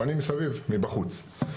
אני מסביב, מבחוץ.